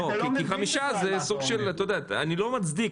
אני לא מצדיק,